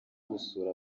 gusura